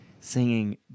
singing